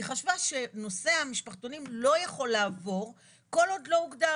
היא חשבה שנושא המשפחתונים לא יכול לעבור כל עוד לא הוגדר.